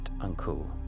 uncle